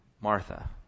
Martha